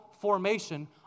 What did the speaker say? formation